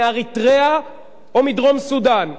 מאריתריאה או מדרום-סודן,